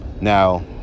Now